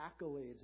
accolades